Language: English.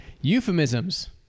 Euphemisms